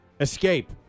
Escape